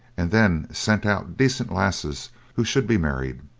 and then sent out decent lasses who should be married.